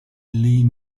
lee